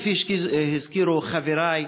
כפי שהזכירו חברי,